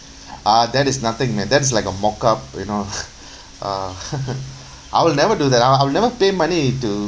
ah that is nothing man that's like a mock up you know uh I'll never do that I'll I'll never pay money to